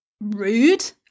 rude